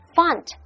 Font